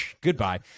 goodbye